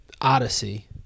odyssey